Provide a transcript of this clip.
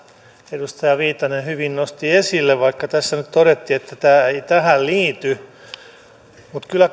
edustaja viitanen hyvin nosti esille vaikka tässä nyt todettiin että tämä ei tähän liity kyllä